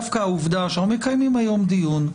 דווקא העובדה שאנחנו מקיימים היום דיון,